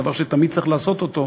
דבר שתמיד צריך לעשות אותו,